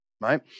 right